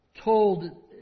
told